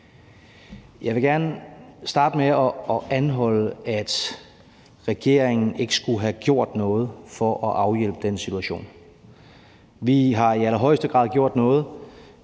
Jeg vil gerne starte med at anholde det, at regeringen ikke skulle have gjort noget for at afhjælpe den situation. Vi har i allerhøjeste grad gjort noget